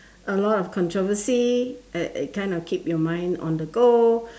a lot of controversy at it kind of keep your mind on the go